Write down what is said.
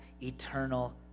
eternal